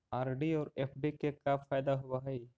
RD और FD के का फायदा होव हई?